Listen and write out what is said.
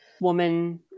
woman